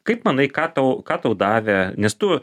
kaip manai ką tau ką tau davė nes tu